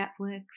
Netflix